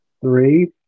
Three